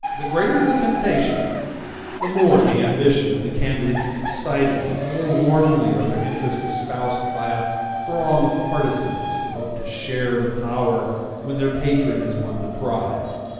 the greater is the temptation the more the ambition of the candidates is excited, the more warmly are their interests espoused by a throng of partisans who hope to share the power when their patron has won the prize.